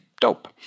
Dope